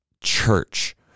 church